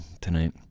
tonight